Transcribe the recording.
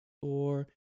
four